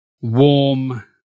warm